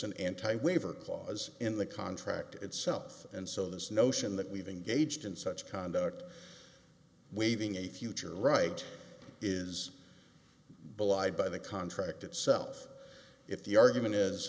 an anti waiver clause in the contract itself and so this notion that we've engaged in such conduct waiving a future right is belied by the contract itself if the argument is